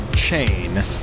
Chain